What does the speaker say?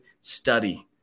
study